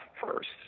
first